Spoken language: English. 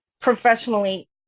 professionally